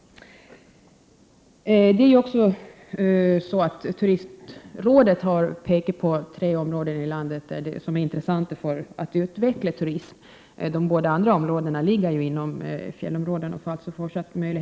Turistrådet har pekat på tre områden i landet där det är intressant att utveckla turismen. De båda andra områdena är fjällområden.